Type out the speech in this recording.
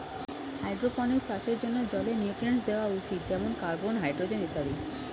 hydroponics চাষের জন্যে জলে নিউট্রিয়েন্টস দেওয়া উচিত যেমন কার্বন, হাইড্রোজেন ইত্যাদি